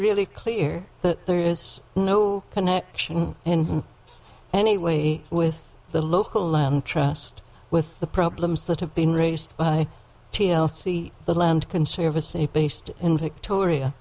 really clear that there is no connection in any way with the local land trust with the problems that have been raised by t l c the land conservancy based in victoria